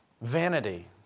vanity